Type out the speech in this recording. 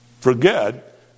forget